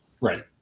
Right